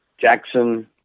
Jackson